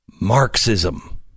Marxism